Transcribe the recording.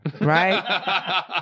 Right